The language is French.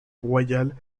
royale